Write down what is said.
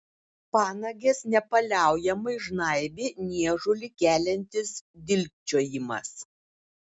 panages nepaliaujamai žnaibė niežulį keliantis dilgčiojimas